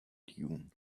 dune